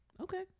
okay